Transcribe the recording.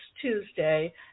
Tuesday